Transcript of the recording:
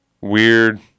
weird